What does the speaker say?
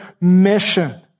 mission